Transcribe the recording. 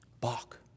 Bach